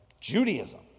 Judaism